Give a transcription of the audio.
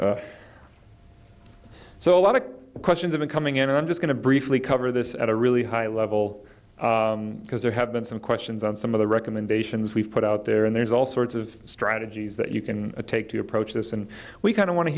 somewhere so a lot of questions of it coming in and i'm just going to briefly cover this at a really high level because there have been some questions on some of the recommendations we've put out there and there's all sorts of strategies that you can take to approach this and we kind of want to